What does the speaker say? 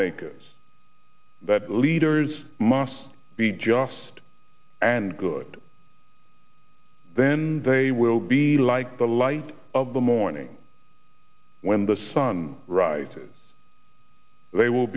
lawmakers that leaders must be just and good then they will be like the light of the morning when the sun rises they will